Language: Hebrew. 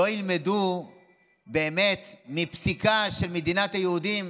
לא ילמדו באמת מפסיקה של מדינת היהודים.